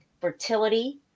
fertility